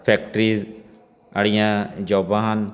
factories ਵਾਲੀਆਂ ਜੋਬਾਂ ਹਨ